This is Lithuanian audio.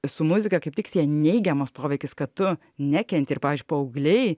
su muzika kaip tik sieja neigiamas poveikis kad tu nekenti ir pavyzdžiui paaugliai